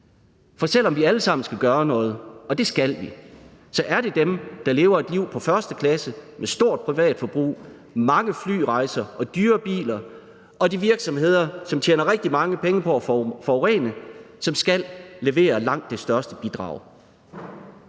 For selv om vi alle sammen skal gøre noget, og det skal vi, så er det dem, der lever et liv på første klasse med stort privatforbrug, mange flyrejser og dyre biler, og de virksomheder, som tjener rigtig mange penge på at forurene, som skal levere langt det største bidrag.